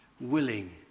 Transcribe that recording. willing